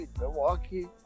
Milwaukee